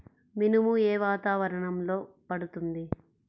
మినుము ఏ వాతావరణంలో పండుతుంది?